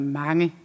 mange